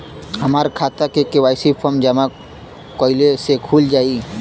हमार खाता KYC form जमा कइले से खुल जाई?